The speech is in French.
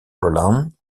roland